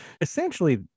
essentially